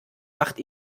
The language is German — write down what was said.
macht